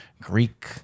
greek